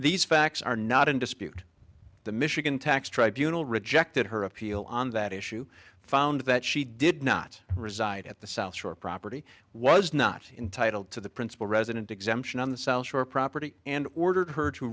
these facts are not in dispute the michigan tax tribunals rejected her appeal on that issue found that she did not reside at the south shore property was not entitled to the principle resident exemption on the south shore property and ordered her to